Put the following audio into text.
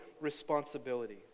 responsibility